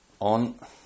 on